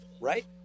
right